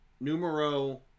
numero